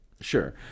Sure